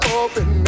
open